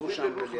שבו שם ליד